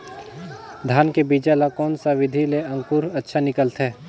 धान के बीजा ला कोन सा विधि ले अंकुर अच्छा निकलथे?